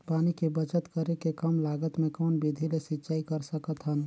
पानी के बचत करेके कम लागत मे कौन विधि ले सिंचाई कर सकत हन?